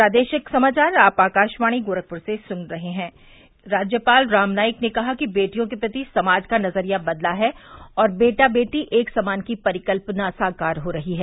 से से राज्यपाल राम नाईक ने कहा कि बेटियों के प्रति समाज का नजरिया बदला है और बेटा बेटी एक समान की परिकल्पना साकार हो रही है